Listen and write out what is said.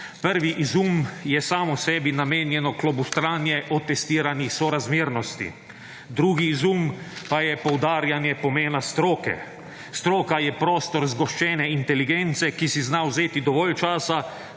Prvi izum je samo sebi namenjeno klobuštranje o testirani sorazmernosti, drugi izum pa je poudarjanje pomena stroke. Stroka je prostor zgoščene inteligence, ki si zna vzeti dovolj časa,